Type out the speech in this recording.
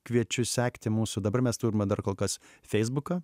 kviečiu sekti mūsų dabar mes turime dar kol kas feisbuką